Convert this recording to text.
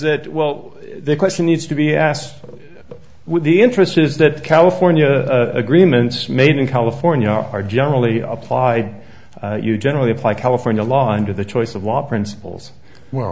that well the question needs to be asked with the interest is that california agreements made in california are generally applied you generally apply california law and to the choice of law principles well